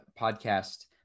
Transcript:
podcast